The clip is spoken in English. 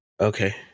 Okay